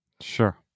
Sure